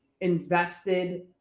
invested